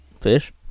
fish